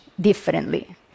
differently